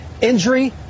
injury